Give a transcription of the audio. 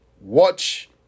watch